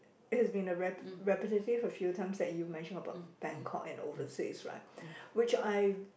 it has been a rep~ repetitive a few times that you mentioned about Bangkok and overseas right which I